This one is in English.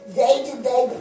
day-to-day